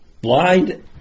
Blind